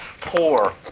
poor